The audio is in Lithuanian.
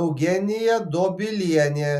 eugenija dobilienė